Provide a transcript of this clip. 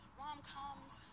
rom-coms